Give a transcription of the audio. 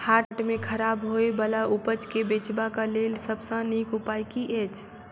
हाट मे खराब होय बला उपज केँ बेचबाक क लेल सबसँ नीक उपाय की अछि?